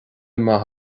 maith